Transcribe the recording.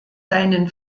seinen